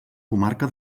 comarca